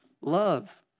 love